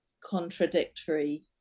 contradictory